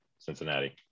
Cincinnati